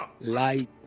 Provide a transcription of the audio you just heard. light